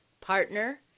partner